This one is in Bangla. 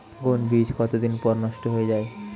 কোন বীজ কতদিন পর নষ্ট হয়ে য়ায়?